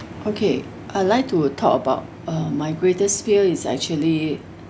okay I like to talk about uh my greatest fear is actually